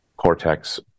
cortex